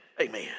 Amen